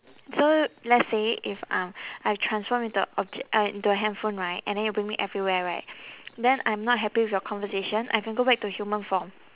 so let's say if ah I transform into a obj~ uh into a handphone right and then you bring me everywhere right then I'm not happy with your conversation I can go back to human form